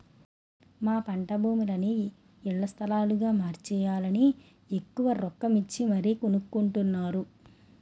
మా పంటభూములని ఇళ్ల స్థలాలుగా మార్చేయాలని ఎక్కువ రొక్కమిచ్చి మరీ కొనుక్కొంటున్నారు